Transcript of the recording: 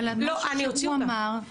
אבל משהו שהוא אמר --- אני אוציא אותך,